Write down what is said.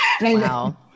Wow